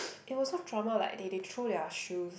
it was so drama like they they throw their shoes